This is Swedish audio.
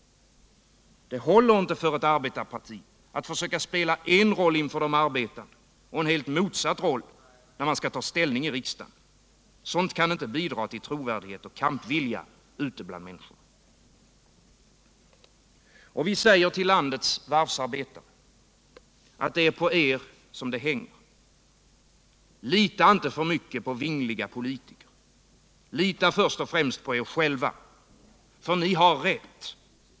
Det håller inte för ett arbetarparti att söka spela en roll inför de arbetande och en helt motsatt roll när man skall ta ställning i riksdagen. Sådant kan inte bidra till trovärdighet och kampvilja ute bland människorna. Vi säger till landets varvsarbetare: Det är på er det hänger. Lita inte för mycket på vingliga politiker! Lita först och främst på er själva! För ni har rätt.